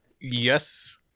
Yes